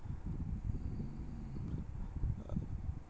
uh